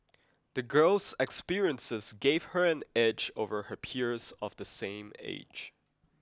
the girl's experiences gave her an edge over her peers of the same age